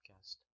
podcast